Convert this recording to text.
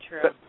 true